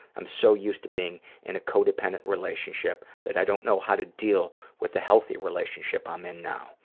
i'm so used to being in a co-dependent relationship that i don't know how to deal with the healthy relationship i'm in now.